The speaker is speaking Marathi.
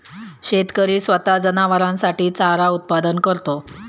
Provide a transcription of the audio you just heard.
शेतकरी स्वतः जनावरांसाठी चारा उत्पादन करतो